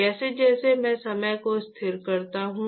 जैसे जैसे मैं समय को स्थिर करता हूं